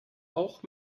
auch